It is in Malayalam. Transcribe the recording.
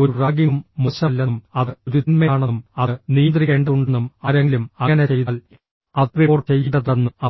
ഒരു റാഗിംഗും മോശമല്ലെന്നും അത് ഒരു തിന്മയാണെന്നും അത് നിയന്ത്രിക്കേണ്ടതുണ്ടെന്നും ആരെങ്കിലും അങ്ങനെ ചെയ്താൽ അത് റിപ്പോർട്ട് ചെയ്യേണ്ടതുണ്ടെന്നും അവർ പറയും